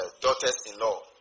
daughters-in-law